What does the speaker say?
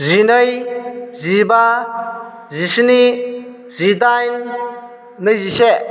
जिनै जिबा जिस्नि जिदाइन नैजिसे